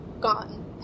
gone